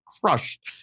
crushed